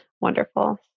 wonderful